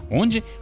onde